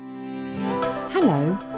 hello